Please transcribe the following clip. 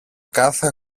κάθε